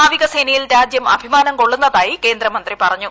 നാവികസേനയിൽ രാജ്യം അഭിമാനം കൊള്ളുന്നതായി കേന്ദ്രമന്ത്രി പറഞ്ഞു